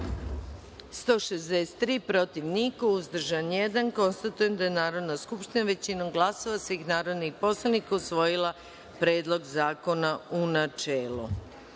136, protiv – tri, uzdržanih – nema. Konstatujem da je Narodna skupština većinom glasova svih narodnih poslanika usvojila Predlog zakona u